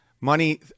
money